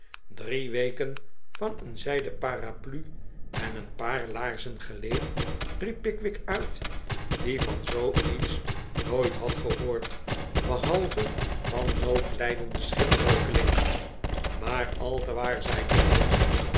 drie weken van een zijden paraplu en een paar laarzen geleefd riep pickwick uit die van zoo iets nooit had gehoord behalve van noodlijdende schipbreukelingen maar al te waar zei jingle